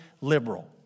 liberal